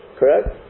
correct